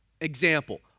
Example